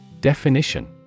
Definition